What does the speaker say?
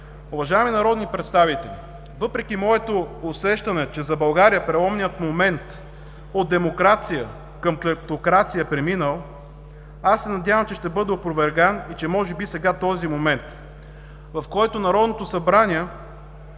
Уважаеми народни представители, въпреки моето усещане, че за България преломният момент от демокрация е преминал към клептокрация, аз се надявам, че ще бъда опроверган и че може би сега е този момент, в който Народното събрание